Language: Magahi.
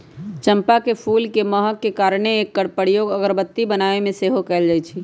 चंपा के फूल के महक के कारणे एकर प्रयोग अगरबत्ती बनाबे में सेहो कएल जाइ छइ